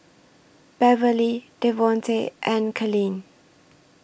Beverly Devonte and Kalene